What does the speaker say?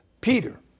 Peter